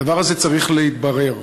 הדבר הזה צריך להתברר.